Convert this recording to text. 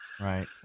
Right